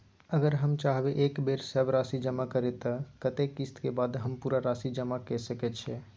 अगर हम चाहबे एक बेर सब राशि जमा करे त कत्ते किस्त के बाद हम पूरा राशि जमा के सके छि?